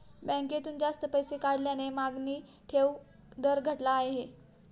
बँकेतून जास्त पैसे काढल्याने मागणी ठेव दर घटला आहे